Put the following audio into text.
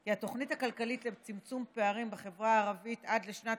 על התוכנית הכלכלית לצמצום פערים בחברה הערבית עד לשנת